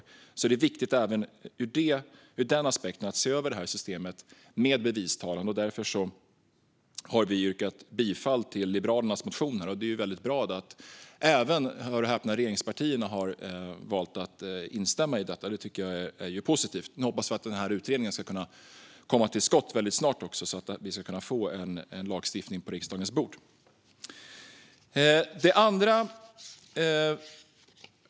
Det är alltså viktigt även ur den aspekten att se över systemet med bevistalan, och därför har vi yrkat bifall till Liberalernas motioner. Det är bra att även, hör och häpna, regeringspartierna har valt att instämma i detta. Nu hoppas vi att utredningen kan komma till skott snart så att vi kan få ett förslag till lagstiftning på riksdagens bord. Fru talman!